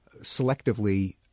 selectively